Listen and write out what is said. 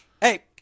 hey